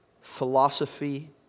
philosophy